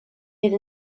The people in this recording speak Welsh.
fydd